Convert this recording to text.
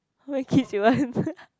how many kids you want